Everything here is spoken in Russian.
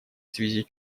связи